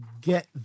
get